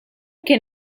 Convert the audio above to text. kien